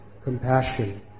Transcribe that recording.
compassion